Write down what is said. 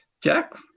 Jack